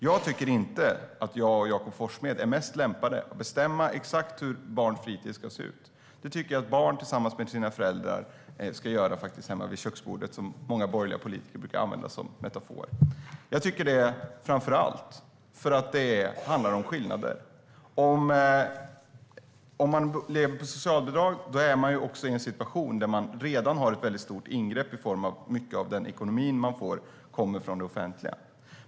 Jag tycker inte att jag och Jakob Forssmed är bäst lämpade att bestämma exakt hur barns fritid ska se ut. Det tycker jag att barn tillsammans med sina föräldrar ska göra hemma vid köksbordet, som många borgerliga politiker brukar använda som metafor. Jag tycker det framför allt för att det handlar om skillnader. Om man lever på socialbidrag är man redan i en situation med ett stort ingrepp i form av att mycket av det som ens ekonomi består av kommer från det offentliga.